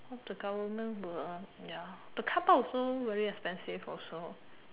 hope the government will ya the carpark also very expensive also